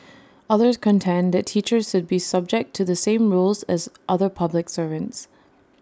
others contend that teachers should be subject to the same rules as other public servants